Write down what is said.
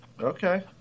Okay